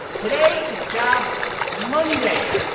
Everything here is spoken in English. today is jobs monday.